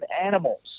animals